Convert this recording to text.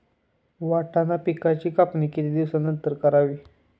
वाटाणा पिकांची कापणी किती दिवसानंतर करावी?